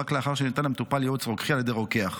רק לאחר שניתן למטופל ייעוץ רוקחי על ידי רוקח,